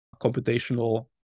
computational